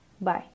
bye